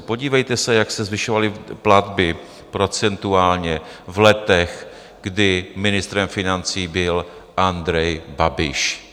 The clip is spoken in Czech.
Podívejte se, jak se zvyšovaly platby procentuálně v letech, kdy ministrem financí byl Andrej Babiš.